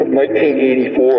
1984